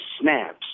snaps